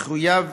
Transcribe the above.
יחויב